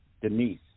Denise